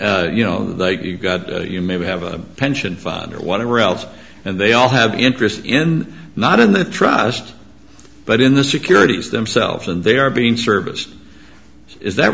you know that you've got you may have a pension fund or whatever else and they all have an interest in not in the trust but in the securities themselves and they are being serviced is that